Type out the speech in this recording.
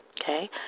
okay